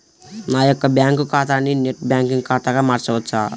నా యొక్క బ్యాంకు ఖాతాని నెట్ బ్యాంకింగ్ ఖాతాగా మార్చవచ్చా?